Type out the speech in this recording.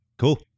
Cool